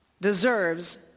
deserves